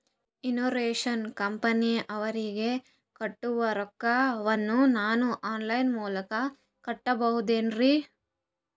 Insurance ಕಂಪನಿಯವರಿಗೆ ಕಟ್ಟುವ ರೊಕ್ಕ ವನ್ನು ನಾನು ಆನ್ ಲೈನ್ ಮೂಲಕ ಕಟ್ಟಬಹುದೇನ್ರಿ?